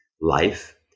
life